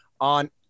on